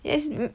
yes